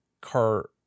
car